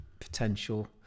potential